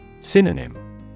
Synonym